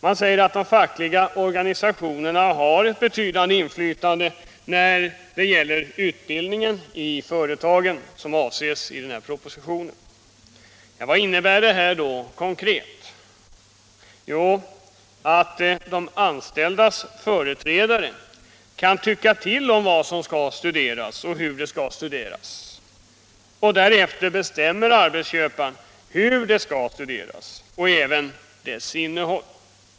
Man säger att de fackliga organisationerna har ett betydande inflytande när det gäller utbildningen i företagen som avses i denna proposition. Vad innebär det konkret? Jo, att de anställdas företrädare kan tycka till om vad som skall studeras och hur det skall studeras, och därefter bestämmer arbetsköparen vad som skall studeras och även studiernas innehåll.